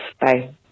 bye